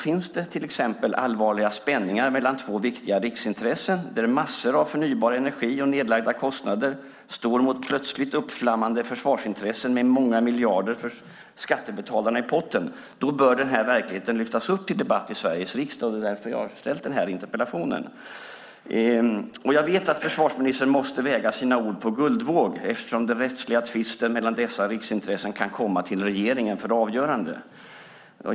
Finns det till exempel allvarliga spänningar mellan två viktiga riksintressen där massor av förnybar energi och nedlagda kostnader står mot plötsligt uppflammande försvarsintressen med många miljarder för skattebetalarna i potten bör denna verklighet lyftas upp till debatt i Sveriges riksdag. Det är därför jag har ställt denna interpellation. Jag vet att försvarsministern måste väga sina ord på guldvåg eftersom den rättsliga tvisten mellan dessa riksintressen kan komma till regeringen för avgörande.